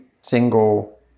single